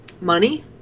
money